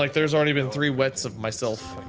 like there has already been three wets of myself.